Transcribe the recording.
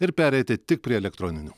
ir pereiti tik prie elektroninių